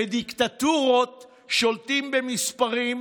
בדיקטטורות שולטים במספרים,